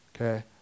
Okay